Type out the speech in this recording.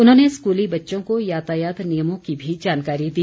उन्होंने स्कूली बच्चों को यातायात नियमों की भी जानकारी दी